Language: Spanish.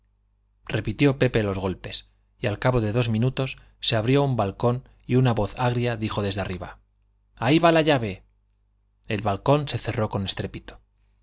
repitió pepe los golpes y al cabo de dos minutos se abrió un balcón y una voz agria dijo desde arriba ahí va la llave el balcón se cerró con estrépito